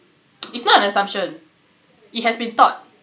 it's not an assumption it has been